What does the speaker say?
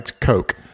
Coke